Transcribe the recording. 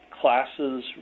classes